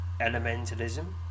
Elementalism